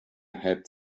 had